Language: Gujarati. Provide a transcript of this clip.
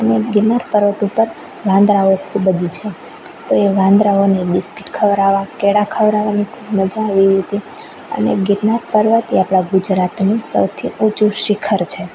અને ગિરનાર પર્વત ઉપર વાંદરાઓ ખૂબ જ છે તો એ વાંદરાઓને બિસ્કીટ ખવડાવવા કેળા ખવડાવવાની ખૂબ જ મજા આવી હતી અને ગિરનાર પર્વત એ આપણા ગુજરાતનું સૌથી ઊંચું શિખર છે